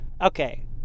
Okay